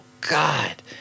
God